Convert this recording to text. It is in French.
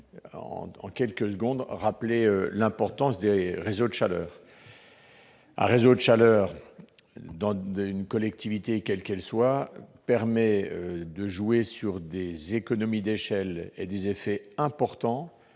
en quelques mots sur l'importance des réseaux de chaleur. Un réseau de chaleur dans une collectivité, quelle qu'elle soit, permet, en jouant sur des économies d'échelle, d'obtenir des effets importants